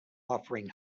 offering